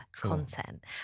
content